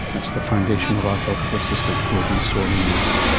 that's the foundation of our healthcare system. he'll be sorely missed.